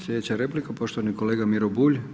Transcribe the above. Sljedeća replika je poštovani kolega Miro Bulj.